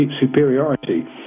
superiority